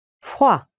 Froid